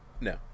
No